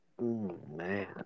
Man